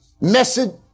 Message